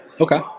okay